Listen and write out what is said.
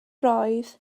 roedd